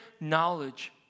knowledge